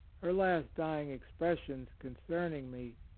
her last dying expressions concerning me,